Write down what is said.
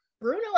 Bruno